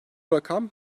rakam